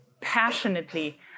passionately